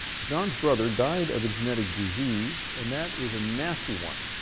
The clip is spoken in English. john's brother died of a genetic disease, and that is a nasty one.